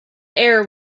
air